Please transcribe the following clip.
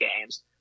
games